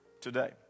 today